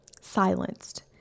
silenced